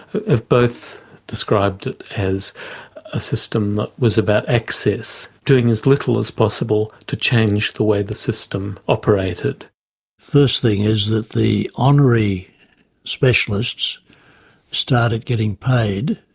have both described it as a system that was about access, doing as little as possible to change the way the system operated. the first thing is that the honorary specialists started getting paid,